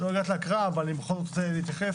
לא הגעת להקראה, אבל אני בכל זאת רוצה להתייחס